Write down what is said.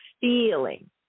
feeling